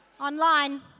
Online